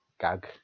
gag